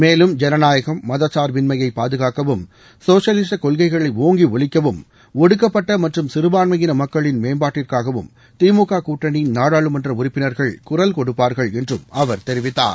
மேலும் ஜனநாயகம் மதச்சார்பின்மையை பாதுகாக்கவும் சோஷலிஸ கொள்கைகளை ஒங்கி ஒலிக்கவும் ஒடுக்கப்பட்ட மற்றும் சிறுபான்மையின மக்களின் மேம்பாட்டுக்காகவும் திமுக கூட்டணி நாடாளுமன்ற உறுப்பினர்கள் குரல் கொடுப்பார்கள் என்றும் அவர் தெரிவித்தார்